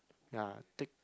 ya take